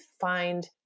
find